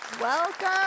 Welcome